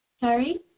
Sorry